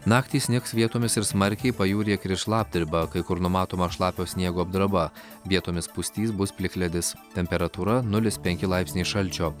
naktį snigs vietomis ir smarkiai pajūryje kris šlapdriba kai kur numatoma šlapio sniego apdraba vietomis pustys bus plikledis temperatūra nulis penki laipsniai šalčio